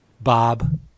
Bob